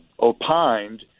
opined